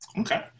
Okay